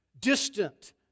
distant